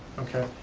okay,